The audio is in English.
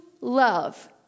love